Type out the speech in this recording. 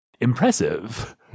Impressive